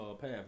path